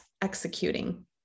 executing